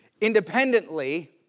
independently